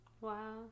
Wow